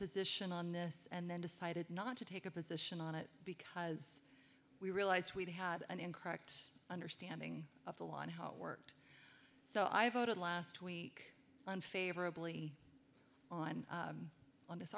position on this and then decided not to take a position on it because we realize we had an incorrect understanding of the law and how it worked so i voted last week on favorably on on this